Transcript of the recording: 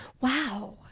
Wow